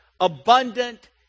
abundant